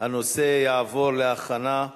את הצעת חוק חובת המכרזים (תיקון,